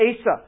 Asa